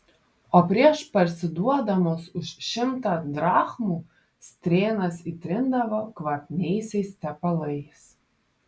o prieš parsiduodamos už šimtą drachmų strėnas įtrindavo kvapniaisiais tepalais